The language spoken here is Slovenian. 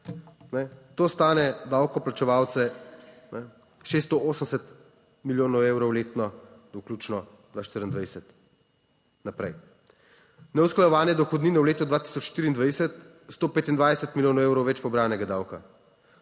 to stane davkoplačevalce 680 milijonov evrov letno do vključno 2024 naprej, neusklajevanje dohodnine v letu 2024 125 milijonov evrov več pobranega davka.